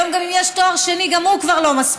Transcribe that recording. היום, גם אם יש תואר שני, גם הוא כבר לא מספיק.